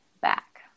back